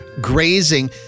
grazing